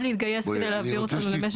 חייב להתגייס כדי להעביר אותנו למשק חשמל.